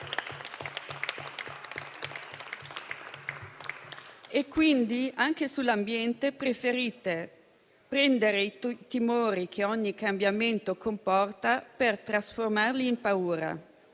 Anche sull'ambiente, quindi, preferite prendere i timori che ogni cambiamento comporta per trasformarli in paura: